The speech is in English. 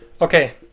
okay